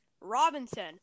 Robinson